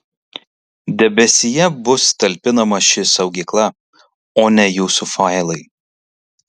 debesyje bus talpinama ši saugykla o ne jūsų failai